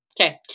okay